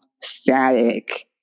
static